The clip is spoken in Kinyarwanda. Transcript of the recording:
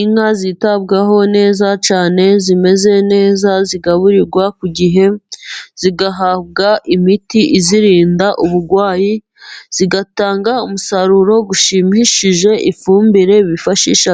Inka zitabwaho neza cyane zimeze neza zigaburirwa ku gihe zigahabwa imiti izirinda uburwayi, zigatanga umusaruro ushimishije, ifumbire bifashisha